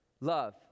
Love